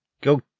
go